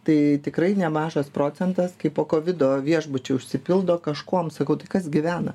tai tikrai nemažas procentas kai po kovido viešbučiai užsipildo kažkuom sakau tai kas gyvena